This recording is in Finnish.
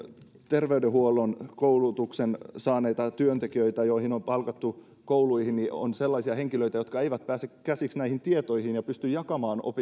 terveydenhuollon koulutuksen saaneita työntekijöitä on palkattu kouluihin niin on sellaisia henkilöitä jotka eivät pääse käsiksi näihin tietoihin ja pysty jakamaan